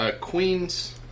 Queens